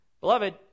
Beloved